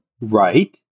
Right